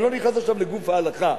אני לא נכנס עכשיו לגוף ההלכה,